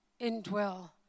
indwell